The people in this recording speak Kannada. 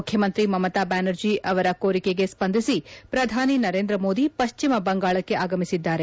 ಮುಖ್ಯಮಂತ್ರಿ ಮಮತಾ ಬ್ದಾನರ್ಜಿ ಅವರ ಕೋರಿಕೆಗೆ ಸ್ಪಂದಿಸಿ ಪ್ರಧಾನಿ ನರೇಂದ್ರಮೋದಿ ಪಶ್ಚಿಮ ಬಂಗಾಳಕ್ಕೆ ಆಗಮಿಸಿದ್ದಾರೆ